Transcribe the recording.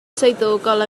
swyddogol